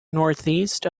northeast